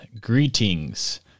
greetings